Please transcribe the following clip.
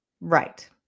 Right